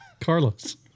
Carlos